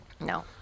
No